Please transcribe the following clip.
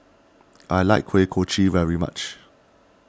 I like Kuih Kochi very much